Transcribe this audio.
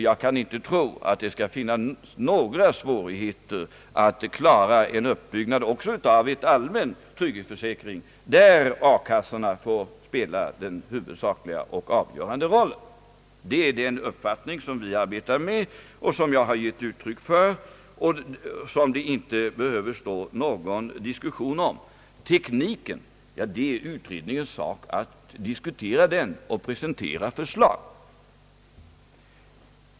Jag kan inte tro att det skall finnas några svårigheter att klara en uppbyggnad också av en allmän trygghetsförsäkring, där A-kassorna får spela den huvudsakliga och avgörande rollen. Det är den uppfattningen vi arbetar med och som jag har gett uttryck för. Det behöver väl inte stå någon diskussion om den. Det är utredningens sak att diskutera tekniken och att presentera förslag.